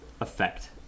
effect